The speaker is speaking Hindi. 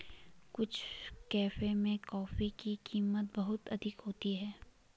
कुछ कैफे में कॉफी की कीमत बहुत अधिक होती है